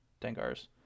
Dengar's